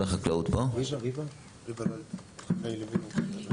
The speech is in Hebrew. -- שיפרט בהודעתו.